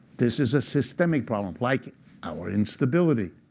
this is a systemic problem, like our instability.